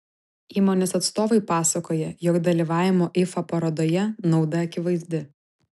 įmonės atstovai pasakoja jog dalyvavimo ifa parodoje nauda akivaizdi